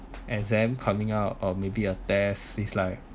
exam coming out or maybe a test is like